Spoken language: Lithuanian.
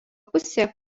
pusėje